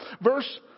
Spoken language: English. Verse